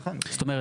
זאת אומרת,